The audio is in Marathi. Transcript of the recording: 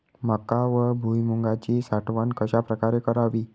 मका व भुईमूगाची साठवण कशाप्रकारे करावी?